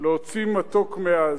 להוציא מתוק מעז,